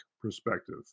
perspective